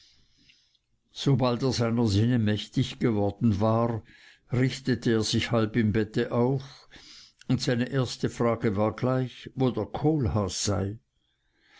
sobald er seiner sinne mächtig geworden war richtete er sich halb im bette auf und seine erste frage war gleich wo der kohlhaas sei